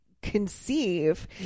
conceive